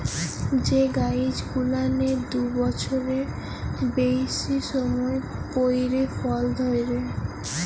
যে গাইছ গুলানের দু বচ্ছরের বেইসি সময় পইরে ফল ধইরে